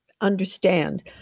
understand